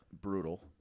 brutal